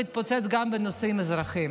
והתפוצץ גם בנושאים אזרחיים.